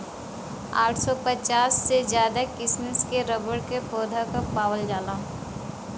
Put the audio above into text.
आठ सौ पचास से ज्यादा किसिम क रबर क पौधा पावल जाला